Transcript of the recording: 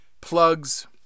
plugs